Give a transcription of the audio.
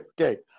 Okay